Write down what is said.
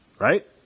Right